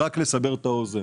רק לסבר את האוזן,